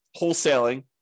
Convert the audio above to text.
wholesaling